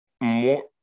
more